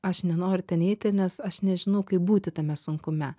aš nenoriu ten eiti nes aš nežinau kaip būti tame sunkume